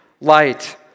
light